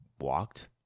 walked